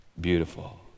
beautiful